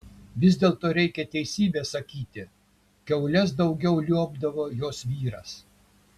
vis dėlto reikia teisybę sakyti kiaules daugiau liuobdavo jos vyras